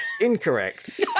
Incorrect